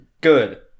Good